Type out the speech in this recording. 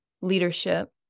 leadership